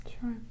Sure